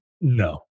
no